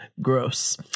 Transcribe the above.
Gross